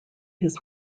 his